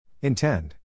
Intend